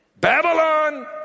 Babylon